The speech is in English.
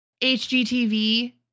HGTV